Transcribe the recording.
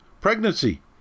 pregnancy